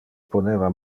poneva